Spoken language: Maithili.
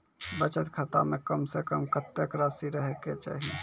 बचत खाता म कम से कम कत्तेक रासि रहे के चाहि?